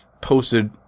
posted